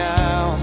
now